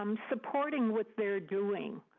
um support and what they're doing.